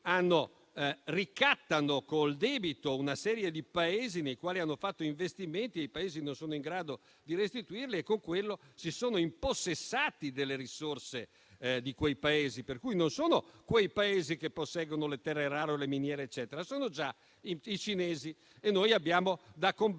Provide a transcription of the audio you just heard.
ricattano con il debito una serie di Paesi nei quali hanno fatto investimenti e che non sono in grado di restituire, e con quello si sono impossessati delle loro risorse. Pertanto, non sono quei Paesi che posseggono le terre rare o le miniere, ma sono i cinesi e noi dobbiamo combattere